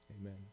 Amen